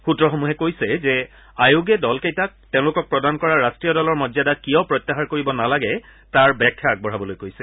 সূত্ৰসমূহে কৈছে যে আয়োগে দলকেইটাক তেওঁলোকক প্ৰদান কৰা ৰাষ্ট্ৰীয় দলৰ মৰ্যদা কিয় প্ৰত্যাহাৰ কৰিব নালাগে তাৰ ব্যাখ্যা আগবঢ়াবলৈ কৈছে